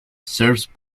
serves